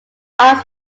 arts